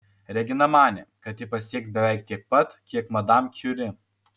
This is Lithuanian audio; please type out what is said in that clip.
regina manė kad ji pasieks beveik tiek pat kiek madam kiuri